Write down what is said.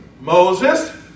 Moses